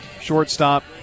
shortstop